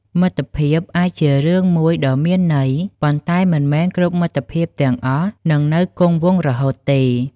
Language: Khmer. មិត្តភាពអាចជារឿងមួយដ៏មានន័យ ប៉ុន្តែមិនមែនគ្រប់មិត្តភាពទាំងអស់នឹងនៅគង់វង្សរហូតទេ។